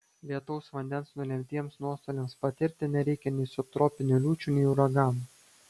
lietaus vandens nulemtiems nuostoliams patirti nereikia nei subtropinių liūčių nei uraganų